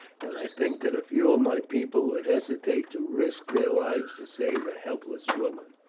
and i think that few of my people would hesitate to risk their lives to save a helpless woman.